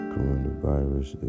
Coronavirus